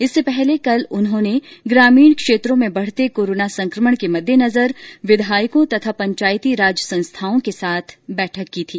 इससे पहले कल उन्होंने ग्रामीण क्षेत्रों में बढते कोरोना संक्रमण के मद्देनजर विधायकों तथा पंचायतीराज संस्थाओं के साथ बैठक की थी